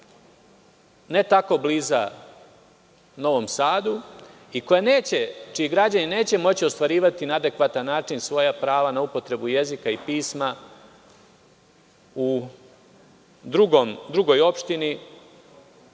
ne tako blizu Novom Sadu i čiji građani neće moći ostvarivati na adekvatan način svoja prava na upotrebu jezika i pisma u drugoj opštini.